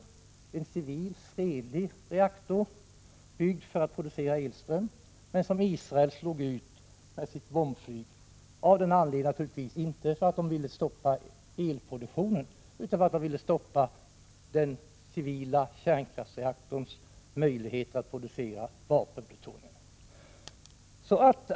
Det var en civil, fredlig reaktor, som var byggd för att producera elström men som Israel slog ut med sitt bombflyg — naturligtvis inte för att man ville stoppa elproduktionen utan för att man ville stoppa den civila kärnreaktorns möjlighet att producera vapenplutonium.